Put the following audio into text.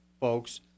folks